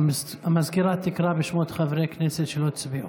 המזכירה תקרא בשמות חברי הכנסת שלא הצביעו,